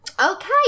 Okay